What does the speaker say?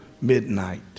midnight